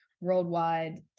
worldwide